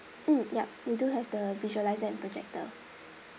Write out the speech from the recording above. mm ya we do have the visualizer and projector